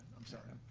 i'm sorry.